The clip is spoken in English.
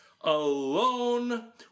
Alone